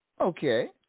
Okay